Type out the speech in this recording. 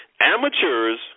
Amateurs